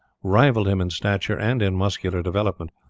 rivalled him in stature and in muscular development,